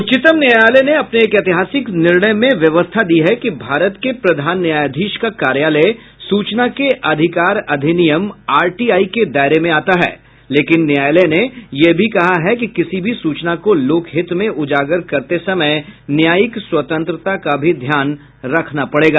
उच्चतम न्यायालय ने अपने एक ऐतिहासिक निर्णय में व्यवस्था दी है कि भारत के प्रधान न्यायाधीश का कार्यालय सूचना के अधिकार अधिनियम आरटीआई के दायरे में आता है लेकिन न्यायालय ने ये भी कहा कि किसी भी सूचना को लोक हित में उजागर करते समय न्यायिक स्वतंत्रता का भी ध्यान रखना पड़ेगा